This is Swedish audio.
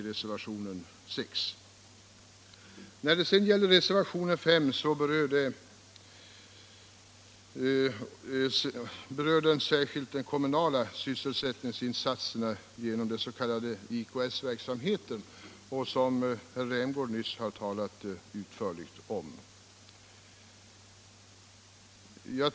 Reservationen 5 berör särskilt de kommunala sysselsättningsinsatserna genom den s.k. IKS-verksamheten, och herr Rämgård talade nyss utförligt om den.